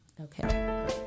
Okay